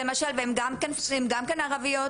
הן גם כן ערביות.